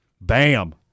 bam